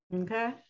okay